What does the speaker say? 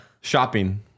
Shopping